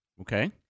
Okay